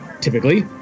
Typically